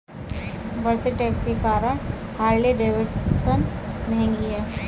बढ़ते टैक्स के कारण हार्ले डेविडसन महंगी हैं